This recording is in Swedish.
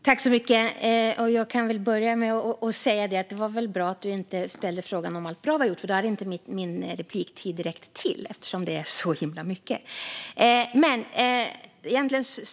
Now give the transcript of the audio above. Fru talman! Det var bra att du, Magnus Ek, inte ställde en fråga om allt bra vi har gjort, för då hade min repliktid inte räckt till eftersom det är så himla mycket.